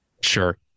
sure